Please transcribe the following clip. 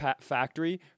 factory